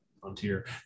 Frontier